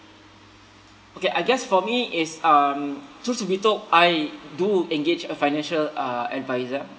okay I guess for me is um truth to be told I do engage a financial uh advisor